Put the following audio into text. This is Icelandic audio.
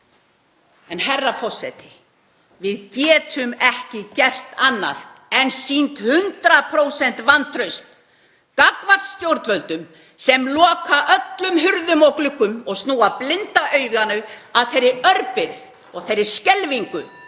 Herra forseti. Við getum ekki gert annað en sýnt 100% vantraust gagnvart stjórnvöldum sem loka öllum dyrum og gluggum og snúa blinda auganu að þeirri örbirgð og þeirri skelfingu